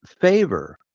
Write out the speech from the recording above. favor